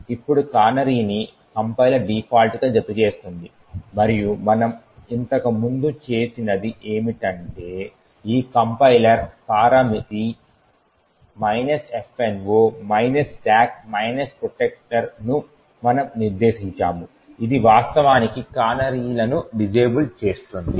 ఇప్పుడు కానరీని compiler default గా జతచేస్తుంది మరియు మనము ఇంతకుముందు చేసినది ఏమిటంటే ఈ కంపైలర్ పారామితి fno stack protector ను మనము నిర్దేశించాము ఇది వాస్తవానికి కానరీలను డిసేబుల్ చేస్తుంది